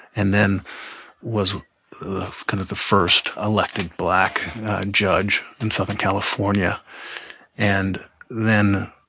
and then was kind of the first elected black judge in southern california and then,